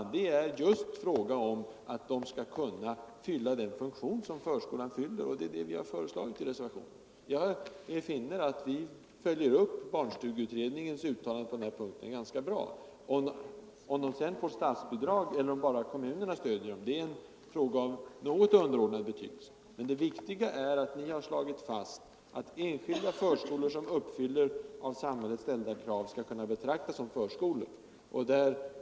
Det är just fråga om att dessa institutioner skall kunna fylla den funktion som förskolan fyller — och det är det vi har föreslagit i reservationen. Jag finner att vi följer upp barnstugeutredningens uttalande på den här punkten ganska bra. Om dessa förskolor sedan får statsbidrag eller om bara kommunerna stöder dem, det är en fråga av något underordnad betydelse. Det viktiga är att utredningen har slagit fast att enskilda förskolor som uppfyller av samhället ställda krav skall kunna betraktas som förskolor.